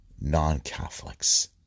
non-Catholics